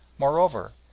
moreover,